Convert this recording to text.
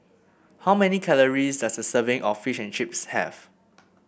how many calories does a serving of Fish and Chips have